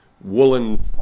woolen